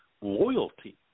loyalty